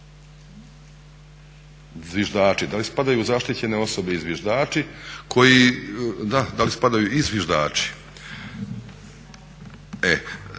zviždači. Da li spadaju u zaštićene osobe i zviždači koji, da, da li spadaju i zviždači.